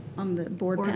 on the board